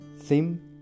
Theme